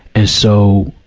and so,